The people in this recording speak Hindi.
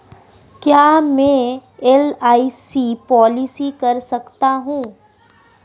क्या मैं एल.आई.सी पॉलिसी कर सकता हूं?